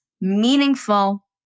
meaningful